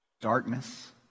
darkness